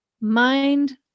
mind